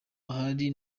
hari